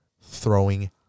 throwing